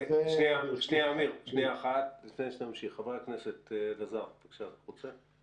אמיר, לפני שתמשיך, חבר הכנסת אלעזר שטרן, בבקשה.